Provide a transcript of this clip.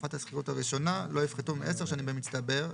תקופת השכירות הראשונה לא יפחתו מעשר שנים במצטבר,